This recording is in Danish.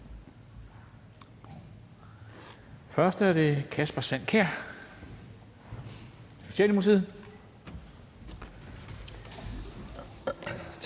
først er det Kasper Sand Kjær, Socialdemokratiet.